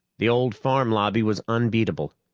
the old farm lobby was unbeatable.